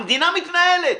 המדינה מתנהלת,